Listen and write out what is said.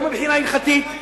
לא מבחינה הלכתית,